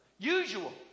usual